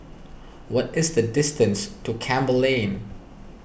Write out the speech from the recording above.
what is the distance to Campbell Lane